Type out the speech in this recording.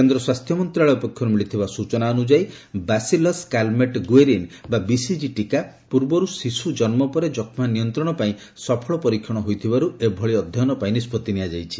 କେନ୍ଦ୍ର ସ୍ୱାସ୍ଥ୍ୟ ମନ୍ତ୍ରଣାଳୟ ପକ୍ଷରୁ ମିଳିଥିବା ସ୍ଚନା ଅନୁଯାୟୀ ବାସିଲସ୍ କାଲମେଟର୍ ଗୁଏରିନ୍ ବା ବିସିଜି ଟୀକା ପୂର୍ବରୁ ଶିଶୁ ଜନ୍ମ ପରେ ଯକ୍ଷ୍ମା ନିୟନ୍ତ୍ରଣ ପାଇଁ ସଫଳ ପରୀକ୍ଷଣ ହୋଇଥିବାରୁ ଏଭଳି ଅଧ୍ୟୟନ ପାଇଁ ନିଷ୍ପଭି ନିଆଯାଇଛି